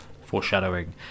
Foreshadowing